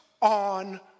on